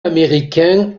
américain